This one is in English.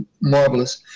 marvelous